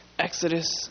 Exodus